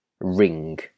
ring